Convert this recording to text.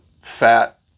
fat